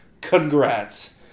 Congrats